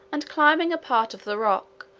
and climbing a part of the rock,